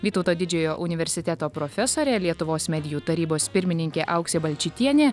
vytauto didžiojo universiteto profesorė lietuvos medijų tarybos pirmininkė auksė balčytienė